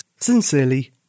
Sincerely